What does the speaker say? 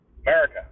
America